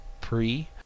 pre